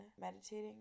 meditating